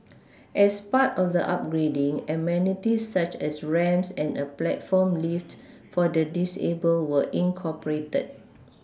as part of the upgrading amenities such as ramps and a platform lift for the disabled were incorporated